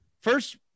first